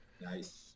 Nice